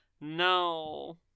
No